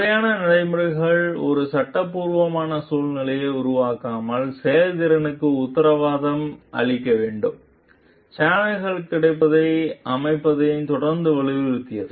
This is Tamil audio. முறையான நடைமுறைகள் ஒரு சட்டபூர்வமான சூழ்நிலையை உருவாக்காமல் செயல்முறைக்கு உத்தரவாதம் அளிக்க வேண்டும் சேனல்கள் கிடைப்பதை அமைப்பு தொடர்ந்து வலியுறுத்தியது